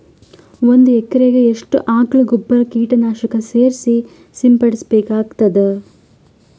ಒಂದು ಎಕರೆಗೆ ಎಷ್ಟು ಆಕಳ ಗೊಬ್ಬರ ಕೀಟನಾಶಕ ಸೇರಿಸಿ ಸಿಂಪಡಸಬೇಕಾಗತದಾ?